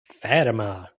fatima